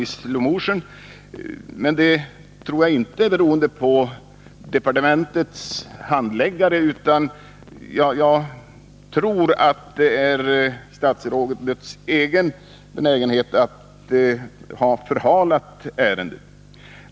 Jag tror inte att detta har berott på departementets handläggare, utan jag tror att det har berott på statsrådets egen benägenhet att förhala ärendet.